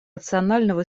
рационального